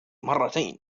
مرتين